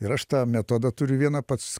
ir aš tą metodą turiu vieną pats